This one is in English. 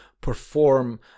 perform